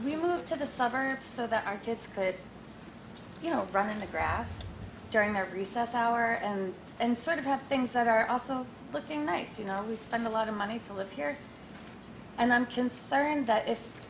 we moved to the suburbs so that our kids could you know running the grass during their recess hour and and sort of have things that are also looking nice you know we spend a lot of money to live here and i'm concerned that if